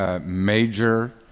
major